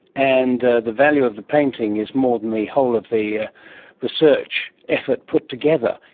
and the the value of the painting is more than the whole of the ah research effort put together.